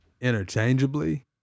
interchangeably